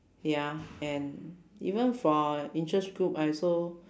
ya and even for interest group I also